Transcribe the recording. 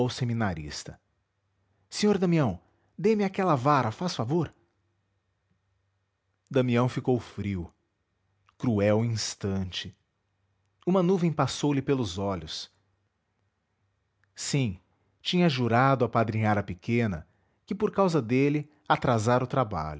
seminarista sr damião dê-me aquela vara faz favor damião ficou frio cruel instante uma nuvem passou-lhe pelos olhos sim tinha jurado apadrinhar a pequena que por causa dele atrasara o trabalho